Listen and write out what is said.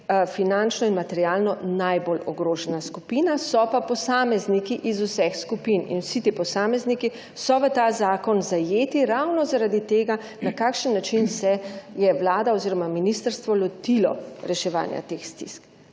finančno in materialno najbolj ogrožena skupina, so pa posamezniki iz vseh skupin. In vsi ti posamezniki so v ta zakon zajeti ravno zaradi tega, na kakšen način se je Vlada oziroma ministrstvo lotilo reševanja teh stisk.